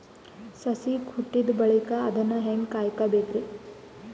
ಸಸಿ ಹುಟ್ಟಿದ ಬಳಿಕ ಅದನ್ನು ಹೇಂಗ ಕಾಯಬೇಕಿರಿ?